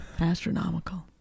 Astronomical